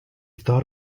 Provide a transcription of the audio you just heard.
thought